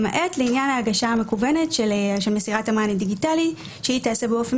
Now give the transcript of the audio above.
למעט לעניין ההגשה המקוונת של מסירת המען הדיגיטלי שהיא תעשה באופן